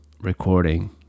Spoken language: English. recording